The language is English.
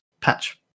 patch